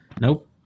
Nope